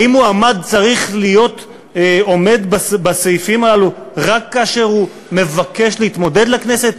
האם מועמד צריך לעמוד בסעיפים הללו רק כאשר הוא מבקש להתמודד לכנסת,